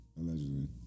allegedly